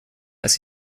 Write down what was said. als